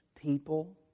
people